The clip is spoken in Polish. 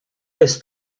jest